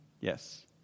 Yes